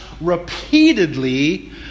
repeatedly